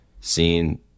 seen